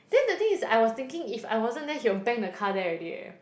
then the thing is I was thinking if I wasn't there he will bang the car there already eh